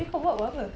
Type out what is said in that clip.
abeh kau buat buat apa